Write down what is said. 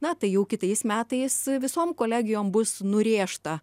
na tai jau kitais metais visom kolegijoms bus nurėžta